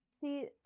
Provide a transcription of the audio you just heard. See